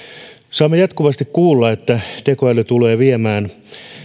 saamme jatkuvasti kuulla että tekoäly tulee viemään